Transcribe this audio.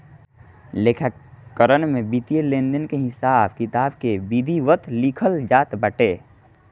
लेखाकरण में वित्तीय लेनदेन के हिसाब किताब के विधिवत लिखल जात बाटे